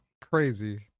Crazy